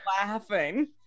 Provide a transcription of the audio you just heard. laughing